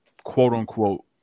quote-unquote